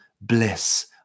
bliss